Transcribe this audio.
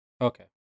Okay